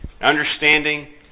understanding